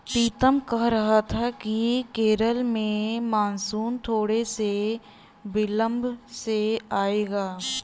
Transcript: पीतम कह रहा था कि केरल में मॉनसून थोड़े से विलंब से आएगा